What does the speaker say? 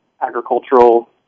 agricultural